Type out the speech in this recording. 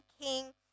king